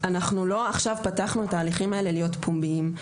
אנחנו לא עכשיו פתחנו את ההליכים האלה להיות פומביים.